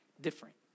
different